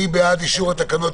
מי בעד אישור התקנות?